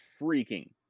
freaking